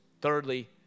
Thirdly